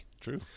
True